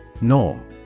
Norm